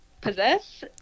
possess